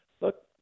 look